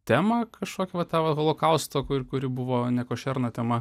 temą kažkokią va tą va holokausto kur kuri buvo nekošerna tema